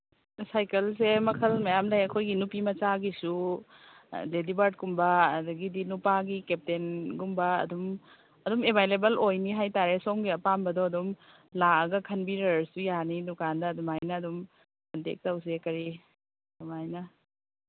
ꯁꯥꯏꯀꯜꯁꯦ ꯃꯈꯜ ꯃꯌꯥꯝ ꯂꯩ ꯑꯩꯈꯣꯏꯒꯤ ꯅꯨꯄꯤꯃꯆꯥꯒꯤꯁꯨ ꯂꯦꯗꯤ ꯕꯥꯔꯠꯀꯨꯝꯕ ꯑꯗꯒꯤꯗꯤ ꯅꯨꯄꯥꯒꯤ ꯀꯦꯞꯇꯦꯟꯒꯨꯝꯕ ꯑꯗꯨꯝ ꯑꯗꯨꯝ ꯑꯦꯕꯥꯏꯂꯦꯕꯜ ꯑꯣꯏꯅꯤ ꯍꯥꯏ ꯇꯥꯔꯦ ꯁꯣꯝꯒꯤ ꯑꯄꯥꯝꯕꯗꯣ ꯑꯗꯨꯝ ꯂꯥꯛꯑꯒ ꯈꯟꯕꯤꯔꯔꯁꯨ ꯌꯥꯅꯤ ꯗꯨꯀꯥꯟꯗ ꯑꯗꯨꯃꯥꯏꯅ ꯑꯗꯨꯝ ꯀꯟꯇꯦꯛ ꯇꯧꯁꯦ ꯀꯔꯤ ꯑꯗꯨꯃꯥꯏꯅ